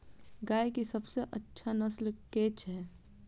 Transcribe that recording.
गाय केँ सबसँ अच्छा नस्ल केँ छैय?